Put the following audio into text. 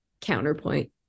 counterpoint